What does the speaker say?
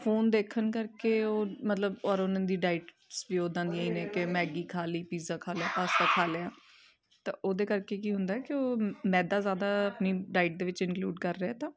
phone ਦੇਖਣ ਕਰਕੇ ਉਹ ਮਤਲਬ ਔਰ ਉਹਨਾਂ ਦੀ ਡਾਇਟਸ ਵੀ ਉੱਦਾਂ ਦੀਆਂ ਹੀ ਨੇ ਕਿ ਮੈਗੀ ਖਾ ਲਈ ਪੀਜ਼ਾ ਖਾ ਲਿਆ ਪਾਸਤਾ ਖਾ ਲਿਆ ਤਾਂ ਉਹਦੇ ਕਰਕੇ ਕੀ ਹੁੰਦਾ ਕਿ ਉਹ ਮੈਦਾ ਜ਼ਿਆਦਾ ਆਪਣੀ ਡਾਇਟ ਦੇ ਵਿੱਚ ਇੰਨਕਲਿਊਡ ਕਰ ਰਿਹਾ ਤਾਂ